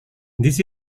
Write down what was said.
this